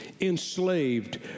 enslaved